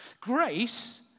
Grace